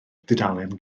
dudalen